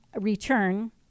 return